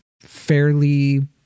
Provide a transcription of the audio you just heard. fairly